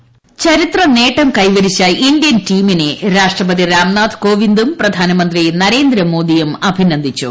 hold ചരിത്രനേട്ടം കൈവരിച്ച Indian ട്ടീമിന്റെ ്രാഷ്ട്രപതി രാംനാഥ് കോവിന്ദും പ്രധാനമന്ത്രി നരേന്ദ്ര്മോദിയും അഭിനന്ദിച്ചു